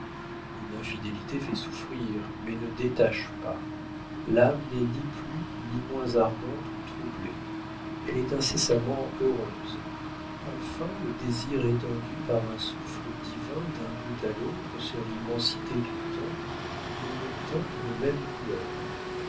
une infidélité fait souffrir mais ne détache pas l'âme n'est ni plus ou moins ardente ou troublée elle est incessamment heureuse enfin le désir étendu par un souffle divin d'un bout à l'autre sur l'immensité du temps nous le teint d'une même couleur